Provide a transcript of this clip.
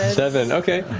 seven, okay.